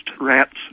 rats